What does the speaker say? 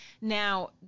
Now